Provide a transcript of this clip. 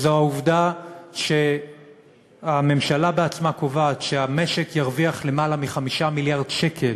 עובדה היא שהממשלה בעצמה קובעת שהמשק ירוויח למעלה מ-5 מיליארד שקלים